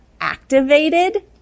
activated